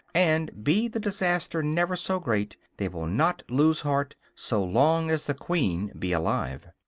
and be the disaster never so great, they will not lose heart so long as the queen be alive.